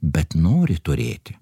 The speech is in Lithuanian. bet nori turėti